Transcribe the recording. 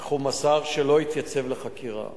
אך הוא מסר שלא יתייצב לחקירה.